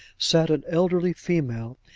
sat an elderly female,